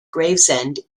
gravesend